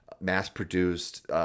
mass-produced